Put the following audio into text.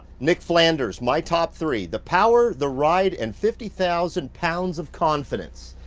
nick flanders, my top three, the power, the ride, and fifty thousand pounds of confidence.